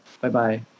Bye-bye